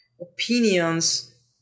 opinions